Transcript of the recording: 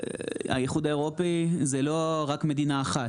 האיחוד האירופי זה לא רק מדינה אחת,